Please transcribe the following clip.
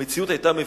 המציאות היתה מביכה.